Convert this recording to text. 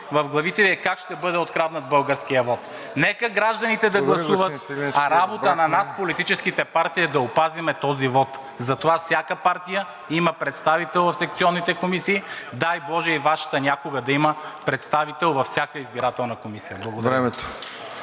господин Свиленски. ГЕОРГИ СВИЛЕНСКИ: Нека гражданите да гласуват, а работа на нас, политическите партии, е да опазим този вот. Затова всяка партия има представител в секционните комисии. Дай боже и Вашата някога да има представител във всяка избирателна комисия. Благодаря.